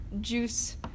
juice